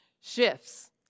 shifts